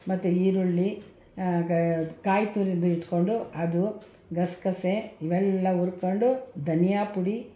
ಮತ್ತು ಈರುಳ್ಳಿ ಕಾಯಿ ತುರಿದು ಇಟ್ಕೊಂಡು ಅದು ಗಸೆಗಸೆ ಇವೆಲ್ಲ ಹುರ್ಕೊಂಡು ಧನಿಯಾ ಪುಡಿ